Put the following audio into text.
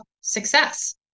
success